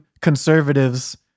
conservatives